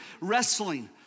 wrestling